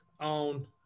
on